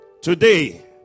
Today